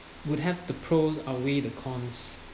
would have the pros outweigh the cons